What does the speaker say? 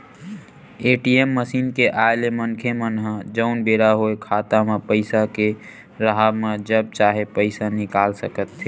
ATM machine के आय ले मनखे मन ह जउन बेरा होय खाता म पइसा के राहब म जब चाहे पइसा निकाल सकथे